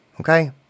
Okay